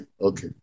Okay